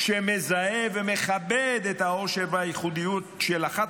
שמזהה ומכבד את העושר והייחודיות של אחת